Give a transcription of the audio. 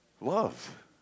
love